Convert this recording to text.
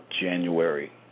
January